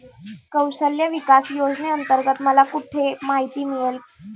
कौशल्य विकास योजनेअंतर्गत मला कुठे माहिती मिळेल?